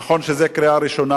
נכון שזה קריאה ראשונה.